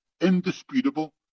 indisputable